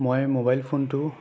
মই মোবাইল ফোনটো